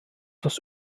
das